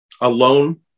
alone